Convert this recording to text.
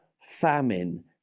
famine